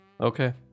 Okay